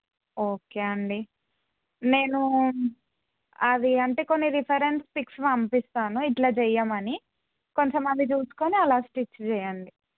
okay అండి నేను అది అంటే కొన్ని రిఫరెన్స్ పిక్స్ పంపిస్తాను ఇట్లా చేయమని కొంచెం అది చూసుకొని అలా స్టిచ్ చేయండి